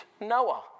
Noah